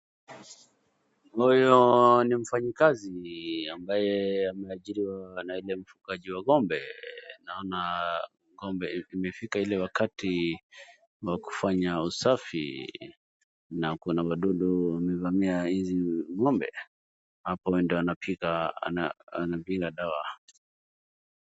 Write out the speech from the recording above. Huyu ni mfanyakazi ambaye ameajiriwa na ile mfungaji wa ng`ombe naona imefika ile wakati wa kufanya usafi na kuna madudu imevamia hizi ng`ombe hapo ndio anapiga dawa.